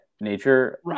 nature